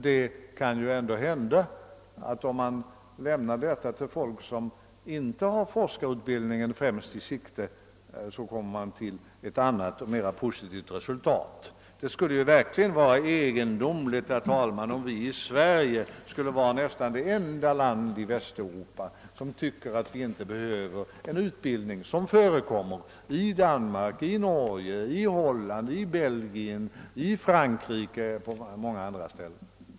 Det kan ju ändå hända att när det gäller personer som inte har forskarutbildningen främst i sikte kommer man till ett annat och mera positivt resultat. Det skulle ju verkligen vara egendomligt, herr talman, om Sverige vore nästan det enda land i Västeuropa som anser sig inte behöva en utbildning som förekommer i Danmark, i Norge, i Holland, i Belgien, i Frankrike och i många andra länder.